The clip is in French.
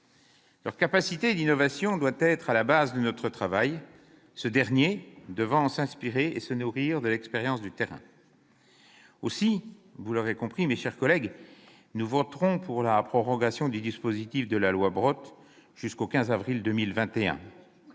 Leur capacité d'innovation doit être à la base de notre travail, ce dernier devant s'inspirer et se nourrir de l'expérience du terrain. Mes chers collègues, vous l'aurez donc compris : nous voterons en faveur de la prorogation du dispositif de la loi Brottes jusqu'au 15 avril 2021.